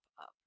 up